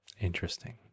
Interesting